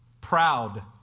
Proud